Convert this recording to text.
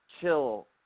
chill